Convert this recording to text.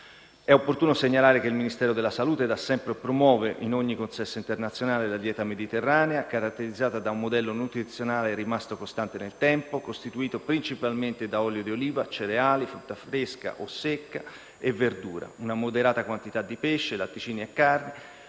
È opportuno segnalare che il Ministero della salute da sempre promuove, in ogni consesso internazionale, la dieta mediterranea caratterizzata da un modello nutrizionale rimasto costante nel tempo, costituito principalmente da olio di oliva, cereali, frutta fresca o secca e verdura, una moderata quantità di pesce, latticini e carne,